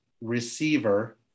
receiver